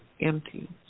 empty